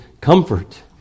comfort